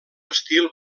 estil